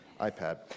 iPad